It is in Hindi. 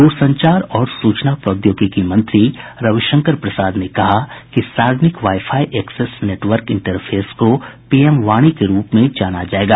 दूरसंचार और सूचना प्रौद्योगिकी मंत्री रविशंकर प्रसाद ने कहा है कि सार्वजनिक wifi access network interface को पीएम वाणी के रूप में जाना जाएगा